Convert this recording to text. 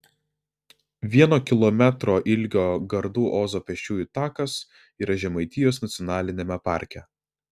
vieno kilometro ilgio gardų ozo pėsčiųjų takas yra žemaitijos nacionaliniame parke